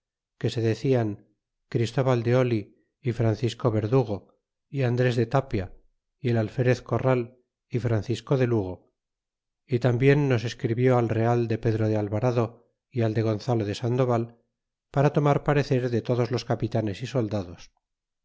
que se derian christóbal de oli y francisco berdugo y andres de tapia y el alferez corral y veancisco de lugo y tambien nos escribió a real de pedro de alvarado y al de gonzalo de sandoval para tomar parecer de todos los capitanes y soldados